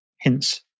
hints